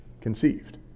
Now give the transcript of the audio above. conceived